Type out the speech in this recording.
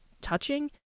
touching